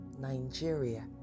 Nigeria